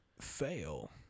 fail